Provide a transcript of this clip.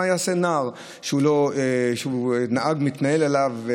מה יעשה נער שנהג מתנהג אליו,